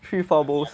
three four bowls